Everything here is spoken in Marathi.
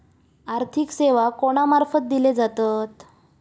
आर्थिक सेवा कोणा मार्फत दिले जातत?